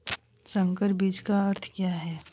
संकर बीज का अर्थ क्या है?